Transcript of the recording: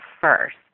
first